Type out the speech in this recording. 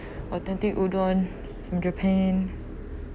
authentic udon from japan